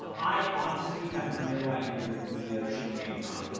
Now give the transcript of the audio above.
i honestly have no idea where the bead ocean came from.